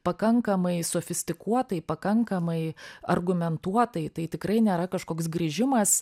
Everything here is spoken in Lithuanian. pakankamai sofistikuotai pakankamai argumentuotai tai tikrai nėra kažkoks grįžimas